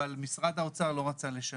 אבל משרד האוצר לא רצה לשלם.